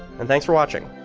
and thanks for watching.